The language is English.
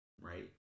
Right